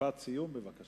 משפט סיום, בבקשה.